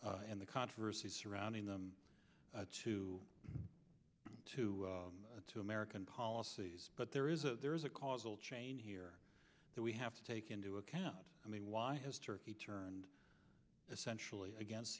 issues and the controversy surrounding them two to two american policies but there is a there is a causal chain here that we have to take into account i mean why has turkey turned essentially against